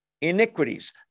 iniquities